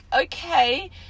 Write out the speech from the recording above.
okay